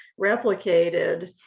replicated